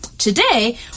Today